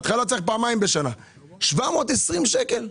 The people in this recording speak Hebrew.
720 שקל?